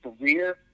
career